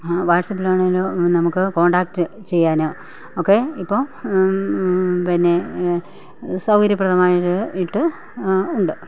വാട്സാപ്പിലാണേലും നമുക്ക് കോൺടാക്റ്റ് ചെയ്യാൻ ഒക്കെ ഇപ്പോൾ പിന്നെ സൗകര്യപ്രദമായി ഇട്ട് ഉണ്ട്